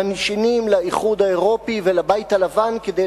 מלשינים לאיחוד האירופי ולבית הלבן כדי